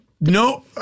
No